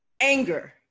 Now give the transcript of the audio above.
Anger